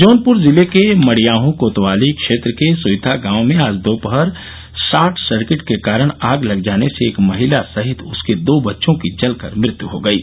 जौनपुर जिले के मडियाहं कोतवाली क्षेत्र के सुइथा गांव में आज दोपहर शॉर्ट सर्किट के कारण आग लग जाने से एक महिला सहित उसके दो बच्चों की जलकर मृत्यु हो गयी